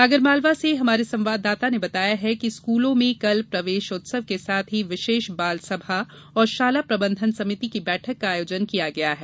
आगर मालवा से हमारे संवाददाता ने बताया है कि स्कूलों में कल प्रवेश उत्सव के साथ ही विशेष बालसभा और शाला प्रबंधन समिति की बैठक का आयोजन किया जायेगा